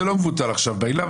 זה לא מבוטל עכשיו בעילה,